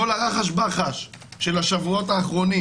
של השבועות האחרונים